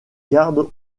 garde